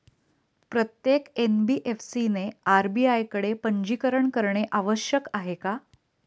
प्रत्येक एन.बी.एफ.सी ने आर.बी.आय कडे पंजीकरण करणे आवश्यक आहे का?